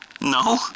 No